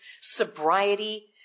sobriety